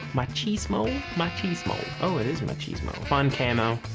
ma-chees-mo, ma-chees-mo oh, it is ma-chees-mo fun camo.